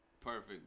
perfect